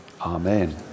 Amen